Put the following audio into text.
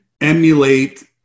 emulate